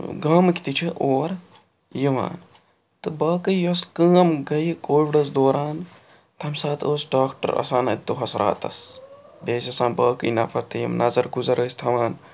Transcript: گامٕکۍ تہِ چھِ اور یِوان تہٕ باقٕے یۄس کٲم گٔیہِ کووِڈَس دوران تَمہِ ساتہٕ ٲسۍ ڈاکٹَر آسان اَتہِ دۄہَس راتَس بیٚیہِ ٲسۍ آسان باقٕے نَفَر تہِ یِم نَظر گُزر ٲسۍ تھاوان